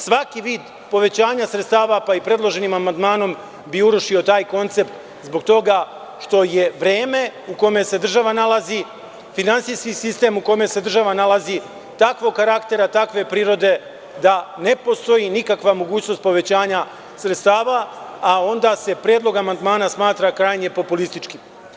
Svaki vid povećanja sredstava, pa i predloženim amandmanom bi urušio taj koncept, zbog toga što je vreme u kome se država nalazi, finansijski sistem u kome se država nalazi, takvog karaktera, takve prirode, da nepostoji nikakva mogućnost povećanja sredstava, a onda se predlog amandmana smatra krajnje populistički.